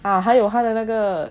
ah 还有他的那个